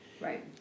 right